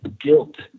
guilt